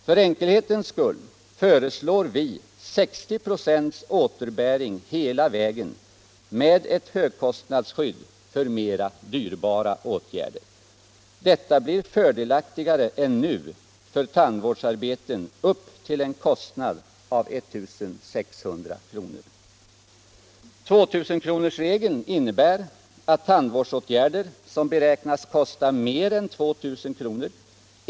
För enkelhetens skull föreslår vi 60 96 återbäring hela vägen med ett högkostnadsskydd för mera dyrbara åtgärder. Detta blir fördelaktigare än nu för tandvårdsarbeten upp till en kostnad av 1600 kr. mer än 2 000 kr.